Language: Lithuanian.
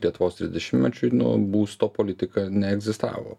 lietuvos trisdešimtmečiui nu būsto politika neegzistavo